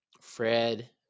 Fred